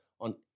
on